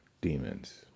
demons